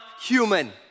human